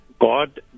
God